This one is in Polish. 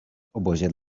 obozie